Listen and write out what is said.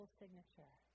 signature